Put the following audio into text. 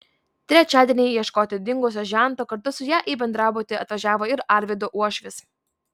trečiadienį ieškoti dingusio žento kartu su ja į bendrabutį atvažiavo ir arvydo uošvis